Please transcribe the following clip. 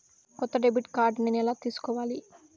కొత్త debit card నేను ఎలా తీసుకోవాలి?